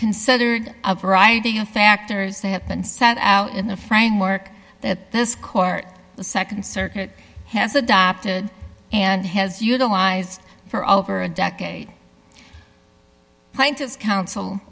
considered a variety of factors that have been set out in the framework that this court the nd circuit has adopted and has utilized for over a decade plaintiff's